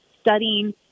studying